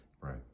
right